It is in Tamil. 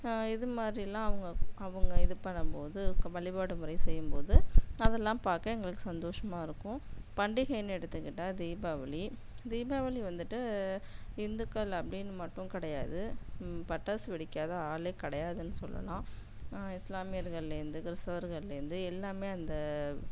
இதுமாதிரிலாம் அவங்க அவங்க இது பண்ணும்போது வழிபாடு முறை செய்யும்போது அதெல்லாம் பார்க்க எங்களுக்கு சந்தோஷமாக இருக்கும் பண்டிகைன்னு எடுத்துக்கிட்டா தீபாவளி தீபாவளி வந்துவிட்டு இந்துக்கள் அப்படின்னு மட்டும் கிடையாது பட்டாசு வெடிக்காத ஆளே கிடையாதுன்னு சொல்லலாம் இஸ்லாமியர்கள்லேந்து கிறிஸ்தவர்கள்லேந்து எல்லாமே அந்த